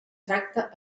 tracta